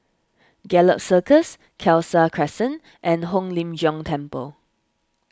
Gallop Circus Khalsa Crescent and Hong Lim Jiong Temple